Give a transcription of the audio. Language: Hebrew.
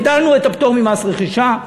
הגדלנו את הפטור ממס רכישה,